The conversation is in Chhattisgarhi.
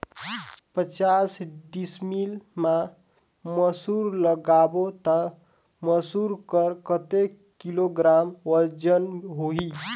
पचास डिसमिल मा मसुर लगाबो ता मसुर कर कतेक किलोग्राम वजन होही?